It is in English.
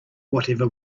whatever